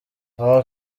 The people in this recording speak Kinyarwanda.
aha